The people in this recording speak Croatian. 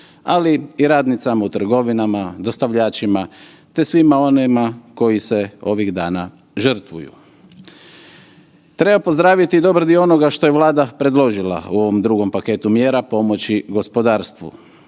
ali i radnicama u trgovinama, dostavljačima te svima onima koji se ovih dana žrtvuju. Treba pozdraviti i dobar dio onoga što je Vlada predložila u ovom drugom paketu mjera pomoći gospodarstvu.